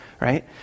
Right